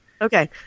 Okay